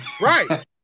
right